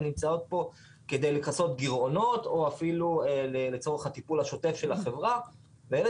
נמצאות פה כדי לכסות גירעונות או אפילו לצורך הטיפול השוטף החברה ואלה